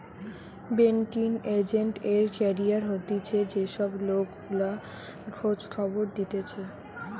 banking agent এর career হতিছে যে সব লোক গুলা খোঁজ খবর দিতেছে